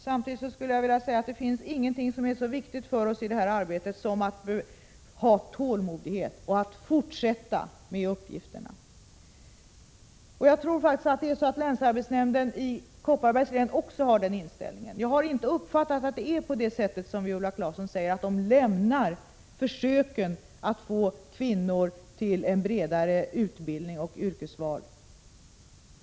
Samtidigt vill jag säga att det inte finns någonting som är så viktigt för oss som att tålmodigt fortsätta med våra uppgifter. Jag tror faktiskt att även länsarbetsnämnden i Kopparbergs län har den inställningen. Jag har inte uppfattat att det är på det sätt som Viola Claesson säger, att man lämnar försöken att få kvinnor till en bredare utbildning och ett bredare yrkesval.